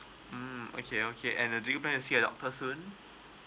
mm okay okay and uh do you plan to see a doctor soon